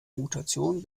mutation